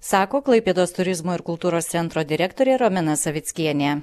sako klaipėdos turizmo ir kultūros centro direktorė romena savickienė